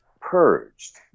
purged